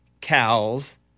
cows